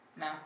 No